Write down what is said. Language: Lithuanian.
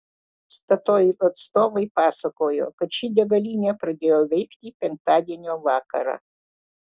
statoil atstovai pasakojo kad ši degalinė pradėjo veikti penktadienio vakarą